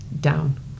down